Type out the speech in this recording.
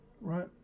right